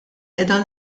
qiegħda